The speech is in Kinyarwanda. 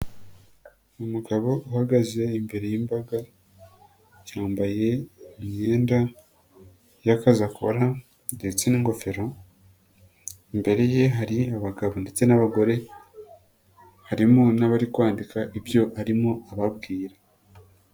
Umugabo uhagaze imbere y'imbaga, yambaye imyenda y'akazi akora ndetse n'ingofero, imbere ye hari abagabo ndetse n'abagore, harimo n'abari kwandika ibyo arimo ababwira.